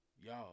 Y'all